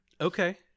Okay